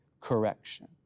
correction